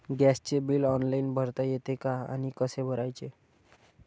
गॅसचे bill online भरता येते का आणि कसे भरायचे?